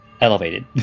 elevated